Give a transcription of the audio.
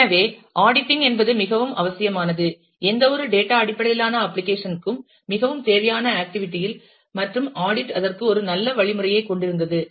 எனவே ஆடிட்டிங் என்பது மிகவும் அவசியமானது எந்தவொரு டேட்டா அடிப்படையிலான அப்ளிகேஷன் ற்கும் மிகவும் தேவையான ஆக்டிவிட்டி இல் மற்றும் ஆடிட் அதற்கு ஒரு நல்ல வழிமுறையைக் கொண்டிருந்தது